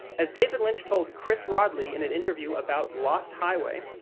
as david lynch told chris rodley in an interview about lost highway,